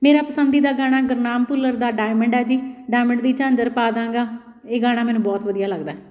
ਮੇਰਾ ਪਸੰਦੀਦਾ ਗਾਣਾ ਗੁਰਨਾਮ ਭੁੱਲਰ ਦਾ ਡਾਇਮੰਡ ਹੈ ਜੀ ਡਾਇਮੰਡ ਦੀ ਝਾਂਜਰ ਪਾਦਾਂਗਾ ਇਹ ਗਾਣਾ ਮੈਨੂੰ ਬਹੁਤ ਵਧੀਆ ਲੱਗਦਾ